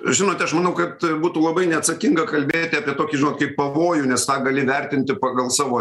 žinote aš manau kad būtų labai neatsakinga kalbėti apie tokį žinot kaip pavojų nes tą gali vertinti pagal savo